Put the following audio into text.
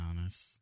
honest